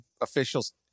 officials